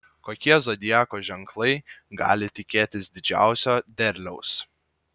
kokie zodiako ženklai gali tikėtis didžiausio derliaus